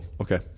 okay